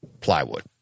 plywood